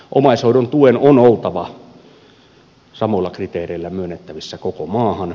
omaishoidon tuen on oltava samoilla kriteereillä myönnettävissä koko maahan